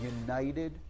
united